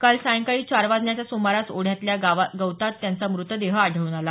काल सायंकाळी चार वाजण्याच्या सुमारास ओढ्यातल्या गवतात त्यांचा मृतदेह आढळून आला